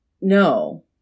No